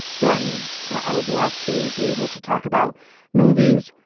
then i would love to be able to talk about movies,